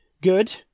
good